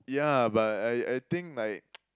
ya but I I think like